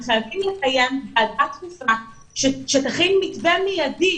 חייבים להקים ועדה דחופה שתכין מתווה מידי,